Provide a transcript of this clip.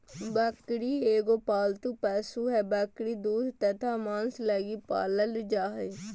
बकरी एगो पालतू पशु हइ, बकरी दूध तथा मांस लगी पालल जा हइ